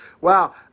wow